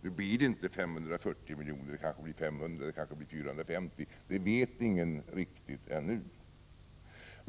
Nu blir det inte 540 miljoner utan kanske 500 eller 450. Det vet ingen riktigt ännu.